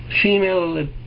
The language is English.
female